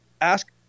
ask